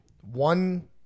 one